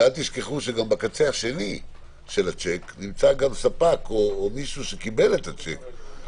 אל תשכחו גם שבקצה השני של השיק נמצא ספק או מישהו שקיבל את השיק.